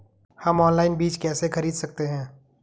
हम ऑनलाइन बीज कैसे खरीद सकते हैं?